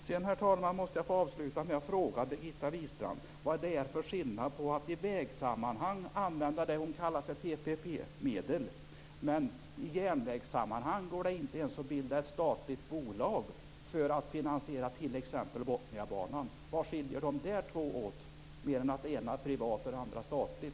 Sedan, herr talman, måste jag få avsluta med att fråga Birgitta Wistrand varför man i vägsammanhang kan använda det hon kallar för PPP-medel medan det i järnvägssammanhang inte ens går att bilda ett statligt bolag för att finansiera t.ex. Botniabanan. Vad skiljer dessa två åt, mer än att det ena är privat och det andra statligt?